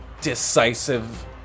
decisive